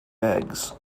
eggs